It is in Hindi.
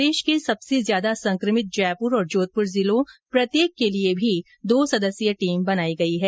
प्रदेश के सबसे ज्यादा संक्रमित जयपुर और जोधपुर जिलों प्रत्येक के लिए भी दो सदस्यीय टीम बनाई गई है